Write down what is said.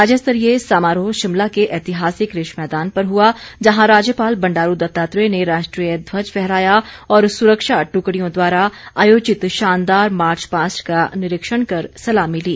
राज्य स्तरीय समारोह शिमला के ऐतिहासिक रिज मैदान पर हुआ जहां राज्यपाल बंडारू दत्तात्रेय ने राष्ट्रीय ध्वज फहराया और सुरक्षा ट्कड़ियों द्वारा आयोजित शानदार मार्च पास्ट का निरीक्षण कर सलामी ली